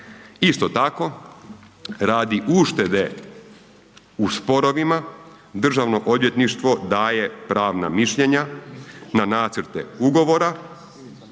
Isto tako radi uštede u sporovima, državno odvjetništvo daje pravna mišljenja na nacrte ugovora